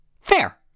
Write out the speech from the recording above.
Fair